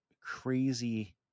crazy